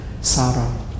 sorrow